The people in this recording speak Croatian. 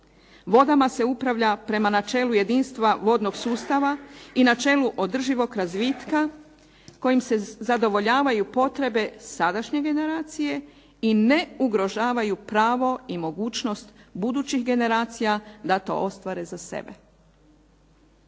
Vodama se upravlja prema načelu jedinstva vodnog sustava i načelu održivog razvitka, kojim se zadovoljavaju potrebe sadašnje generacije i ne ugrožavaju pravo i mogućnost budućih generacija da to ostvare za sebe.